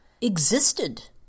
existed